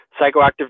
psychoactive